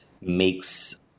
makes